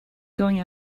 going